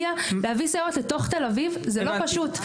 ולהביא סייעות לתוך תל אביב, זה דבר לא פשוט.